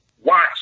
watch